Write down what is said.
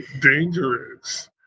dangerous